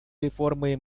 реформы